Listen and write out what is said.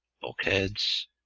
bulkheads